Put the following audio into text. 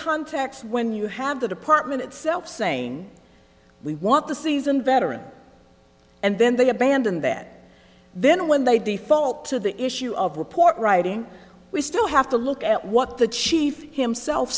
context when you have the department itself saying we want the seasoned veteran and then they abandon that then when they default to the issue of report writing we still have to look at what the chief himself